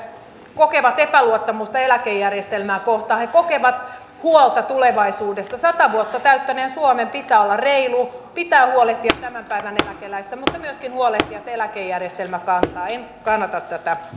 kokevat epäluottamusta eläkejärjestelmää kohtaan he kokevat huolta tulevaisuudesta sata vuotta täyttäneen suomen pitää olla reilu pitää huolehtia tämän päivän eläkeläisistä mutta myöskin huolehtia että eläkejärjestelmä kantaa en kannata tätä